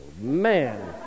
man